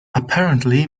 apparently